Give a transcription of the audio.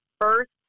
first